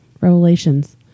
Revelations